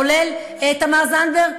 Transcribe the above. כולל תמר זנדברג,